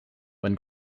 when